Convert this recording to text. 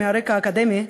מהרקע האקדמי,